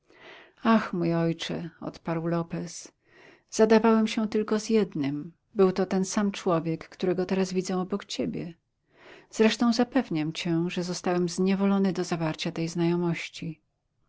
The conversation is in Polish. ach mój ojcze odparł lopez zadawałem się tylko z jednym był to ten sam człowiek którego teraz widzę obok ciebie zresztą zapewniam cię że zostałem zniewolony do zawarcia tej znajomości